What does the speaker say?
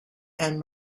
and